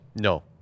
No